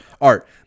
Art